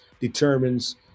determines